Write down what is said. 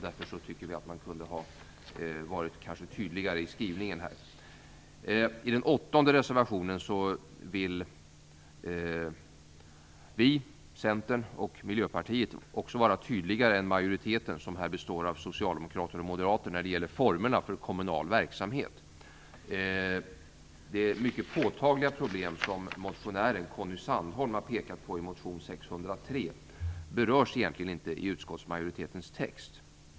Därför tycker vi att man kunde ha varit tydligare i skrivningen. I den åttonde reservationen vill vi, Centern och Miljöpartiet också vara tydligare än majoriteten, som här består av socialdemokrater och moderater, när det gäller formerna för kommunal verksamhet. Det är mycket påtagliga problem som motionären Conny Sandholm har pekat på i motion 603. De berörs egentligen inte i utskottsmajoritetens text.